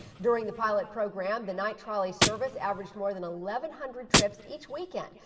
during the pilot program the night trolley service averaged more than eleven hundred trips each weekend,